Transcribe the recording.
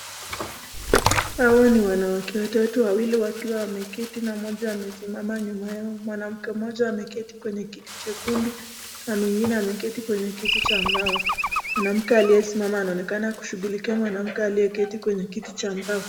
Hawa ni wanawake watatu, wawili wakiwa wameketi na mmoja amesimama nyuma yao. Mwanamke mmoja ameketi kwenye kiti chekundu na mwingine ameketi kwenye kiti cha mbao. Mwanamke aliyesimama anaonekana kushughulikia mwanamke aliyeketi kwenye kiti cha mbao.